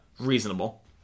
reasonable